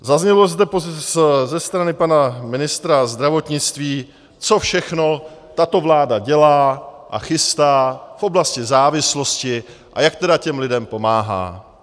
Zaznělo zde ze strany pana ministra zdravotnictví, co všechno tato vláda dělá a chystá v oblasti závislosti a jak tedy těm lidem pomáhá.